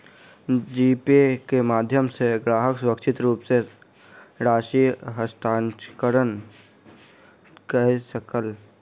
जी pay के माध्यम सॅ ग्राहक सुरक्षित रूप सॅ राशि हस्तांतरण कय सकल